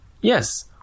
yes